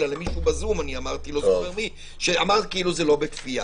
אלא למי שאמר בזום שזה לא בכפייה.